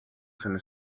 сонин